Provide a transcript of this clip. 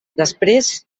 després